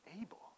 able